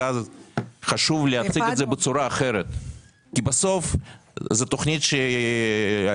חשוב להציג את זה בצורה אחרת כי בסוף זאת תכנית לכמה